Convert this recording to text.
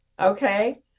Okay